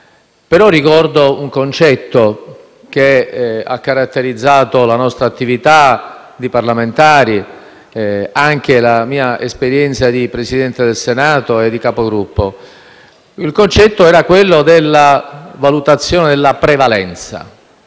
ricordo un concetto che ha caratterizzato la nostra attività di parlamentari e anche la mia esperienza di Presidente del Senato e di Capogruppo. Il concetto era quello della valutazione della prevalenza.